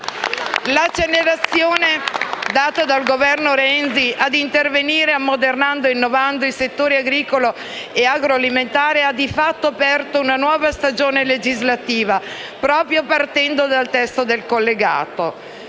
L'accelerazione data dal Governo Renzi a intervenire, ammodernando e innovando, i settori agricolo e agroalimentare ha aperto, di fatto, una nuova stagione legislativa, proprio partendo dal testo del collegato.